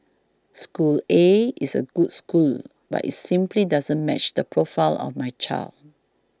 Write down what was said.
school A is a good school but it's simply doesn't match the profile of my child